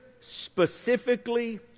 specifically